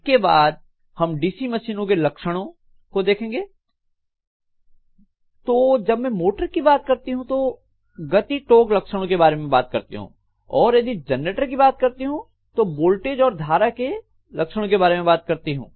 इसके बाद हम डीसी मशीन के लक्षणों को देखेंगे तो जब मैं मोटर की बात करती हूं तो गति टोक लक्षणों के बारे में बात करती हूं और यदि जनरेटर की बात करती हूं तो वोल्टेज और धारा के लक्षणों के बारे में बात करती हूं